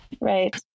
Right